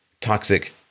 toxic